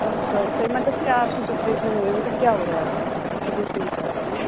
اچھا اچھا مطلب کیا آپ کی سچویشن ہو رہی ہے مطلب کیا ہو رہا ہے آپ کو میں پوچھنا چاہ رہی ہوں